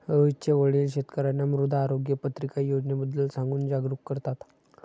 रोहितचे वडील शेतकर्यांना मृदा आरोग्य पत्रिका योजनेबद्दल सांगून जागरूक करतात